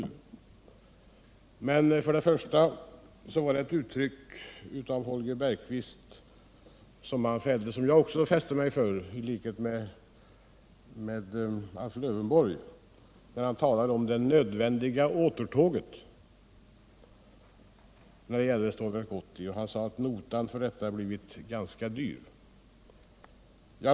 Också i likhet med Alf Lövenborg fäste jag mig vid ett uttryck som Holger Bergqvist använde, och det var att han talade om det nödvändiga återtåget när det gällde Stålverk 80. Han sade att notan för detta har blivit ganska dyr.